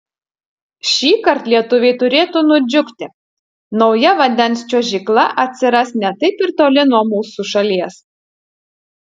šįkart lietuviai turėtų nudžiugti nauja vandens čiuožykla atsiras ne taip ir toli nuo mūsų šalies